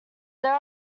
there